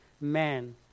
man